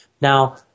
Now